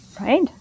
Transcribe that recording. Right